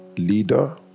leader